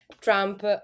Trump